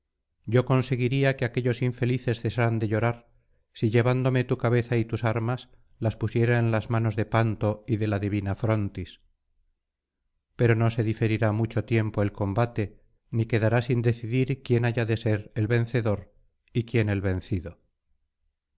yo conseguiría que aquellos infelices cesaran de llorar si llevándome tu cabeza y tus armas las pusiera en las manos de panto y de la divina frontis pero no se diferirá mucho tiempo el combate ni quedará sin decidir quién haya de ser el vencedor y quién el vencido